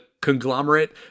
conglomerate